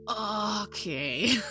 Okay